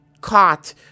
caught